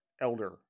elder